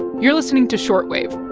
you're listening to short wave